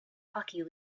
hockey